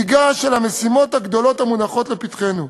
ניגש אל המשימות הגדולות המונחות לפתחנו.